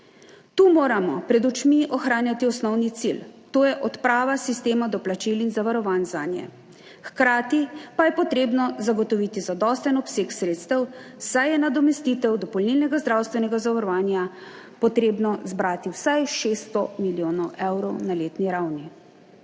Tu moramo pred očmi ohranjati osnovni cilj, to je odprava sistema doplačil in zavarovanj zanje. Hkrati pa je treba zagotoviti zadosten obseg sredstev, saj je za nadomestitev dopolnilnega zdravstvenega zavarovanja treba zbrati vsaj 600 milijonov evrov na letni ravni.